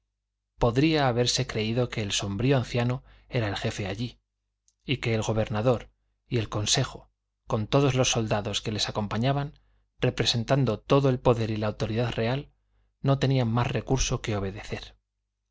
podría haberse creído que el sombrío anciano era el jefe allí y que el gobernador y el consejo con todos los soldados que les acompañaban representando todo el poder y la autoridad real no tenían más recurso que obedecer